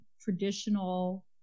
traditional